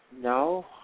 No